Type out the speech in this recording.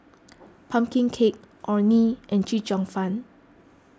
Pumpkin Cake Orh Nee and Chee Cheong Fun